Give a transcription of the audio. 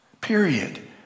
Period